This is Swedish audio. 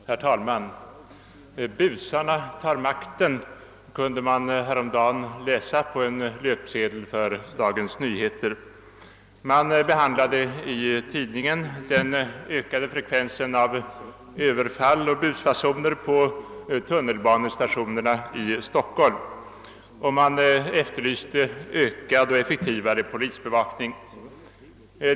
Herr talman! »Busarna tar makten» kunde man häromdagen läsa på Dagens Nyheters löpsedel. I tidningen behandlades den ökade frekvensen av överfall och busfasoner på tunnelbanestationerna i Stockholm, och man efterlyste ökad och effektivare polisbevakning.